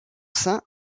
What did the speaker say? sein